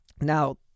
Now